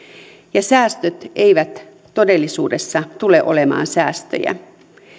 säästöt eivät todellisuudessa tule olemaan säästöjä